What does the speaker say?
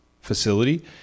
facility